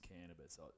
cannabis